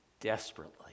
desperately